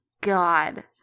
God